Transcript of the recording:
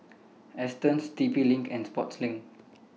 Astons T P LINK and Sportslink